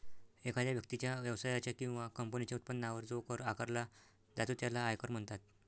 एखाद्या व्यक्तीच्या, व्यवसायाच्या किंवा कंपनीच्या उत्पन्नावर जो कर आकारला जातो त्याला आयकर म्हणतात